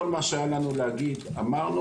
כל מה שהיה לנו להגיד אמרנו.